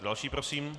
Další prosím.